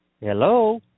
hello